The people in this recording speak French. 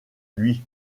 lui